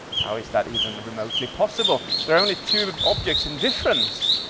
how is that even remotely possible? there are only two objects in difference.